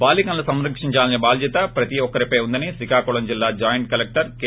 బాలికలను సంరక్షించాల్సిన బాధ్యత ప్రతి ఒక్కరిపై ఉందని శ్రీకాకుళం జిల్లా జాయింట్ కలెక్టర్ కె